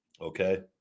Okay